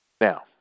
Now